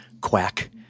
quack